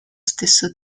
stesso